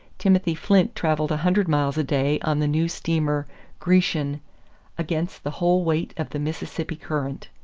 timothy flint traveled a hundred miles a day on the new steamer grecian against the whole weight of the mississippi current.